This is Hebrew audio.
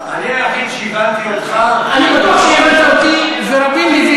(חבר הכנסת משה זלמן פייגלין יוצא